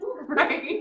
Right